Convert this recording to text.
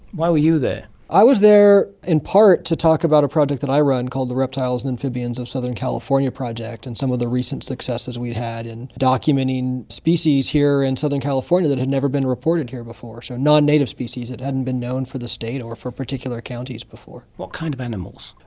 why were you there? i was there in past to talk about a project that i run called the reptiles and amphibians of southern california project and some of the recent successes we've had in documenting species here in southern california that had never been reported here before, so non-native species that hadn't been known for the state or for particular counties before. what kind of animals?